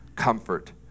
comfort